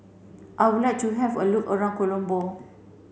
I would like to have a look around Colombo